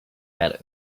better